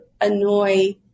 annoy